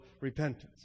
repentance